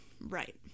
Right